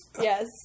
Yes